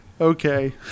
Okay